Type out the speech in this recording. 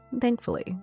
thankfully